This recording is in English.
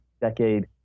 decade